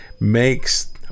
makes